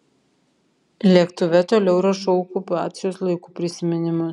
lėktuve toliau rašau okupacijos laikų prisiminimus